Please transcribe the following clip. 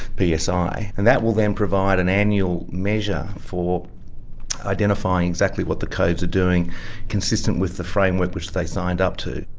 psi. and that will then provide an annual measure for identifying exactly what the codes are doing consistent with the framework which they signed up to.